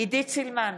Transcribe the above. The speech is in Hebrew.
עידית סילמן,